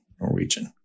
Norwegian